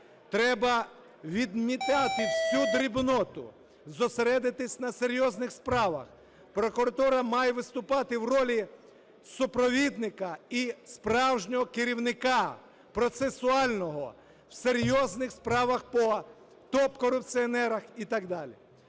Треба відмітати всю дрібноту, зосередитися на серйозних справах. Прокуратура має виступати в ролі супровідника і справжнього керівника процесуального в серйозних справах по топ-корупціонерах і так далі.